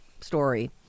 story